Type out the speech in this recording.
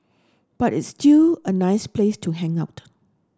but it's still a nice place to hang out